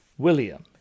William